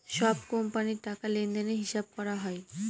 সব কোম্পানির টাকা লেনদেনের হিসাব করা হয়